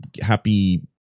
Happy